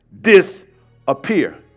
disappear